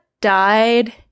died